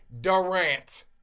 Durant